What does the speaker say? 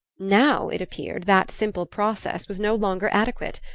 now, it appeared, that simple process was no longer adequate.